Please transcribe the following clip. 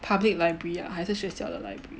public library ah 还是学校的 library